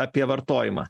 apie vartojimą